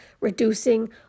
reducing